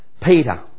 Peter